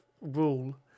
rule